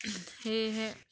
সেয়েহে